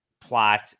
plot